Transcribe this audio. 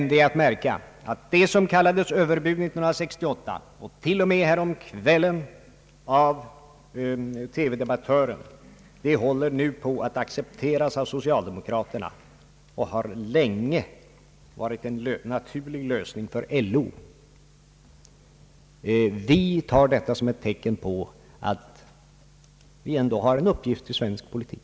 Det är att märka att vad som kallades överbud 1968 och t.o.m. härom kvällen av TV debattören nu håller på att accepteras av socialdemokraterna och länge har varit en naturlig lösning för LO. Vi tar detta som ett tecken på att centern fyller en uppgift i svensk politik.